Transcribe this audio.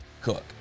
Cook